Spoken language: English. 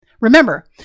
Remember